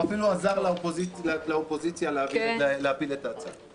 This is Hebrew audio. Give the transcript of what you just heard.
והוא אפילו עזר לאופוזיציה להפיל את ההצעה.